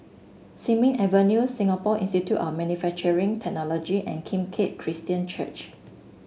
Sin Ming Avenue Singapore Institute of Manufacturing Technology and Kim Keat Christian Church